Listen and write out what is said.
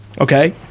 Okay